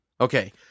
Okay